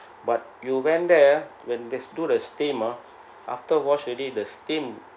but you went there when they do the steam [ah]after wash already the steam